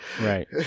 Right